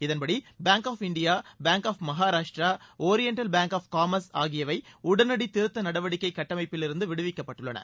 இதன்படி Bank of India Bank of Maharashtra Oriental Bank of Commerce ஆகியவை உடனடி திருத்த நடவடிக்கை கட்டமைப்பிலிருந்து விடுவிக்கப்பட்டுள்ளன